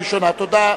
נתקבלה.